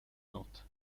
note